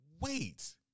Wait